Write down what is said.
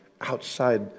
outside